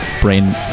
brain